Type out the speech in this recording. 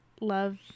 love